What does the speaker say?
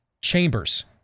Chambers